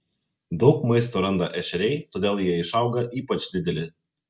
daug maisto randa ešeriai todėl jie išauga ypač dideli